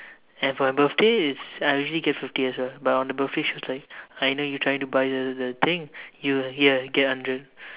and for my birthday is I usually get fifty as well but on the birthday she was like I know you trying to buy the the thing you here get hundred